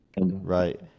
right